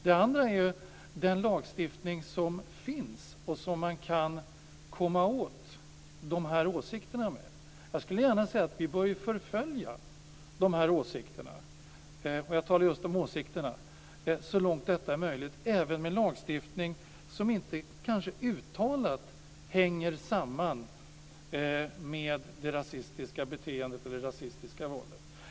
Det andra är den lagstiftning som finns och som man kan komma åt de här åsikterna med. Jag skulle gärna säga att vi bör förfölja de här åsikterna - jag talar just om åsikterna - så långt detta är möjligt även med lagstiftning som kanske inte uttalat hänger samman med det rasistiska beteendet eller rasistiska våldet.